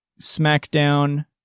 Smackdown